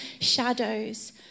shadows